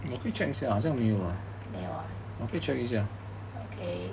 没有 ah okay